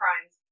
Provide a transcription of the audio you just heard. crimes